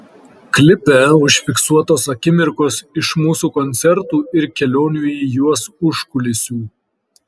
klipe užfiksuotos akimirkos iš mūsų koncertų ir kelionių į juos užkulisių